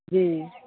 जी